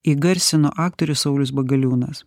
įgarsino aktorius saulius bagaliūnas